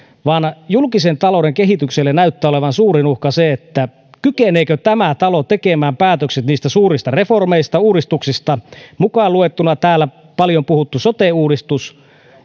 vaan julkisen talouden kehitykselle näyttää olevan suurin uhka se kykeneekö tämä talo tekemään päätökset niistä suurista reformeista uudistuksista mukaan luettuna täällä paljon puhuttu sote uudistus